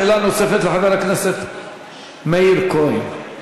שאלה נוספת לחבר הכנסת מאיר כהן.